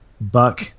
Buck